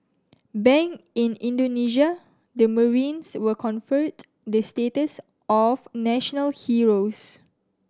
back in Indonesia the marines were conferred the status of national heroes